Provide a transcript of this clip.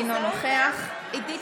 אינו נוכח עידית